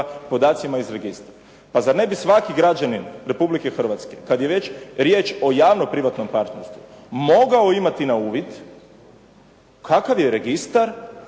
podacima iz registra. Pa zar ne bi svaki građanin Republike Hrvatske kada je već riječ o javnom privatnom partnerstvu mogao imati na uvid kakav je registar